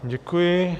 Děkuji.